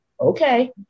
okay